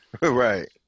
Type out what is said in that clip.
Right